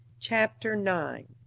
chapter nine